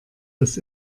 dass